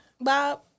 Bob